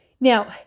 now